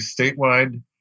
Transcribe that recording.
statewide